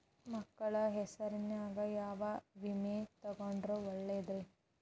ಮಕ್ಕಳ ಹೆಸರಿನ್ಯಾಗ ಯಾವ ವಿಮೆ ತೊಗೊಂಡ್ರ ಒಳ್ಳೆದ್ರಿ?